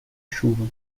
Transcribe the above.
chuva